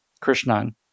Krishnan